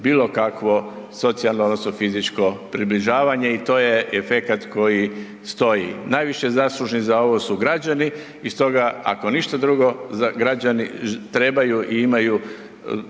bilokakvo socijalno odnosno fizičko približavanje i to je efekat koji stoji. Najviše zaslužni za ovo su građani i stoga ako ništa drugo, građani trebaju i imaju,